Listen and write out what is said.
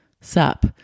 sup